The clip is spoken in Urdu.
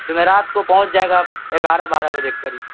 جمعرات کو پہنچ جائے گا اگارہ بارہ بجے کے قریب